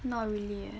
not really eh